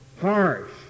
harsh